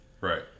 Right